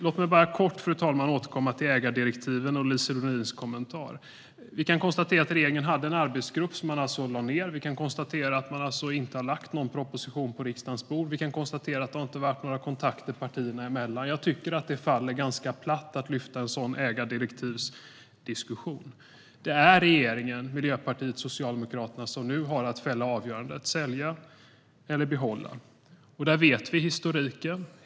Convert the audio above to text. Låt mig bara kort återkomma till ägardirektiven och Lise Nordins kommentar, fru talman. Vi kan konstatera att regeringen hade en arbetsgrupp som lades ned. Vi kan konstatera att man inte har lagt någon proposition på riksdagens bord. Vi kan konstatera att det inte har varit några kontakter partierna emellan. Jag tycker att det faller ganska platt att lyfta fram en sådan ägardirektivsdiskussion. Det är regeringen - Miljöpartiet och Socialdemokraterna - som nu har att fälla avgörandet. Ska man sälja eller behålla? Vi känner till historiken.